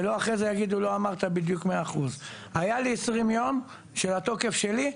שלא אחרי זה יגידו לי שלא אמרתי בדיוק 100%. היה לי 20 יום התוקף שלי,